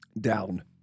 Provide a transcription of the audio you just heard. down